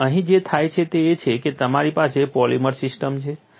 અને અહીં જે થાય છે તે એ છે કે તમારી પાસે પોલિમર સિસ્ટમ છે